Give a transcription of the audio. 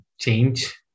change